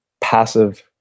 passive